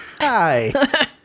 hi